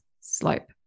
slope